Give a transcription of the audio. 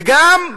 וגם,